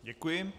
Děkuji.